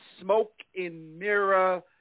smoke-in-mirror